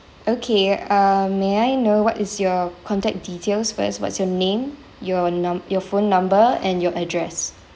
okay uh may I know what is your contact details what is what's your name your num~ your phone number and your address